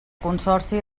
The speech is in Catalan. consorci